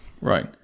Right